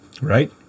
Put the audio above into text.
Right